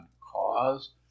cause